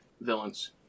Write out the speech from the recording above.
villains